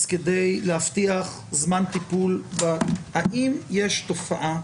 כדי להבטיח זמן טיפול האם יש תופעה